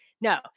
no